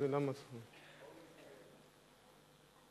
סעיפים 1 2 נתקבלו.